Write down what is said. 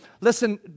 listen